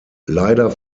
leider